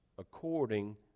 According